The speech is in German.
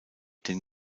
den